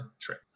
trick